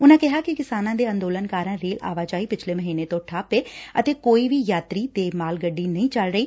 ਉਨੂਾ ਕਿਹਾ ਕਿ ਕਿਸਾਨਾਂ ਦੇ ਅੰਦੋਲਨ ਕਾਰਨ ਰੇਲ ਆਵਾਜਾਈ ਪਿਛਲੇ ਮਹੀਨੇ ਤੋ ਠੱਪ ਏ ਅਤੇ ਕੋਈ ਵੀ ਯਾਤਰੀ ਤੇ ਮਾਲ ਗੱਡੀ ਨਹੀ ਚੱਲ ਰਹੀ